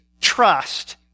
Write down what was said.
trust